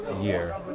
year